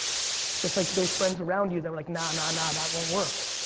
just like those friends around you, they're like nah, nah, nah, that won't work.